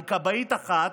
עם כבאית אחת,